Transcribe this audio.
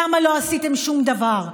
למה לא עשיתם שום דבר?